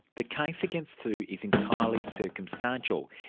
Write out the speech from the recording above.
the case against sue is entirely circumstantial.